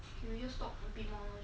can we just talk a bit more lor